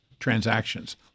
Transactions